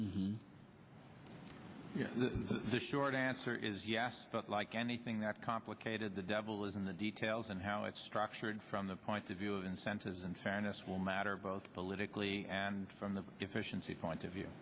trade the short answer is yes but like anything that complicated the devil is in the details and how it's structured from the point of view of incentives and fairness will matter both politically and from the efficiency point of view